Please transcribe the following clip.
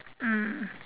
mm